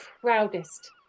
proudest